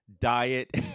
Diet